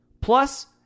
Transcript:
Plus